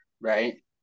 right